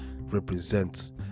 represents